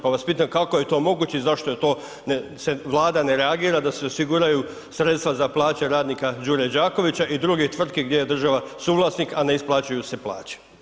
Pa vas pitam kako je to moguće i zašto je to, se Vlada ne reagira da se osiguraju sredstva za plaće radnika Đure Đakovića i drugih tvrtki gdje je država suvlasnik a ne isplaćuju se plaće.